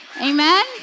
Amen